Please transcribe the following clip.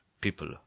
people